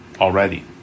already